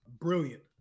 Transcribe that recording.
Brilliant